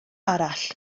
arall